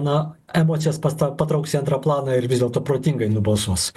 na emocijas pasta patrauks į antrą planą ir vis dėlto protingai nubalsuos